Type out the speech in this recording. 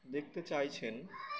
দেখতে চাইছেন